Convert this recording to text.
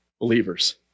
believers